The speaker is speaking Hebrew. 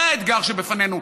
זה האתגר שבפנינו,